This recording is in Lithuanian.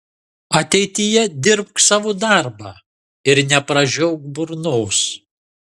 ateityje dirbk savo darbą ir nepražiok burnos